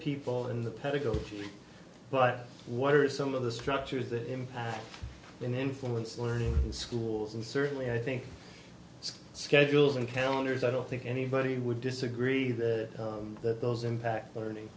people in the pedagogy but what are some of the structures that impact and influence learning in schools and certainly i think schedules and calendars i don't think anybody would disagree that those impact learning